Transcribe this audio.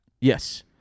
Yes